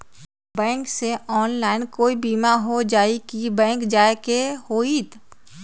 Bank से online कोई बिमा हो जाई कि बैंक जाए के होई त?